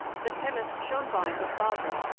the chemist schoenbein, of basel,